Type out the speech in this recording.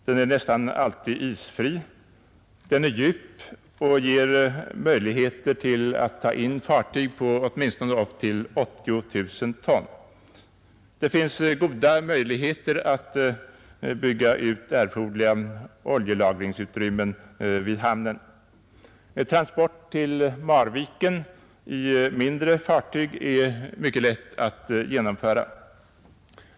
Den är nästan alltid isfri, den är djup och ger möjlighet till att ta in fartyg av åtminstone upp till 80 000 ton. Det finns goda möjligheter att bygga ut erforderliga oljelagringsutrymmen i hamnen. Transport till Marviken i mindre fartyg är mycket lätt att genomföra.